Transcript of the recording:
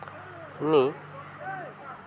ᱩᱱᱤ